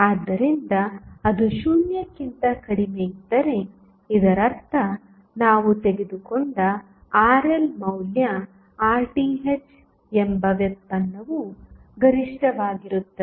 ಆದ್ದರಿಂದ ಅದು 0 ಕ್ಕಿಂತ ಕಡಿಮೆಯಿದ್ದರೆ ಇದರರ್ಥ ನಾವು ತೆಗೆದುಕೊಂಡ RL ಮೌಲ್ಯ RTh ಎಂಬ ವ್ಯುತ್ಪನ್ನವು ಗರಿಷ್ಠವಾಗಿರುತ್ತದೆ